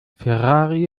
ferrari